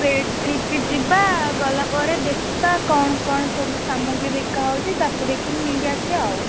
ସେଇଠି କି ଯିବା ଗଲା ପରେ ଦେଖିବା କଣ କଣ ସବୁ ସାମଗ୍ରୀ ବିକା ହୋଉଛି ତାକୁ ଦେଖିକି ନେଇକି ଆସିବା ଆଉ